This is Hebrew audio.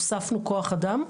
הוספנו כוח אדם,